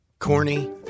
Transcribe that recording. Corny